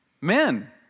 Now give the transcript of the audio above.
men